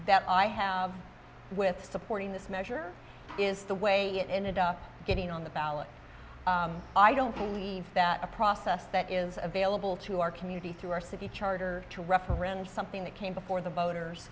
that i have with supporting this measure is the way it ended up getting on the ballot i don't believe that a process that is available to our community through our city charter to referendum something that came before the voters